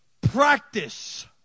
Practice